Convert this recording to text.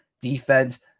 defense